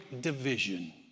division